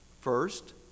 first